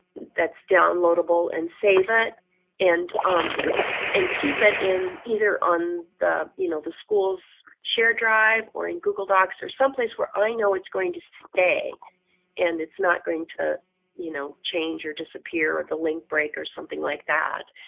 that's downloadable and save it and um and keep it in either on the you know the school's shared drive or in google docs or someplace where i know it's going to stay and it's not going to you know change or disappear or the link break or something like that.